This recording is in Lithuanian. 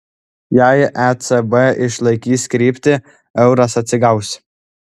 jei ecb išlaikys kryptį euras atsigaus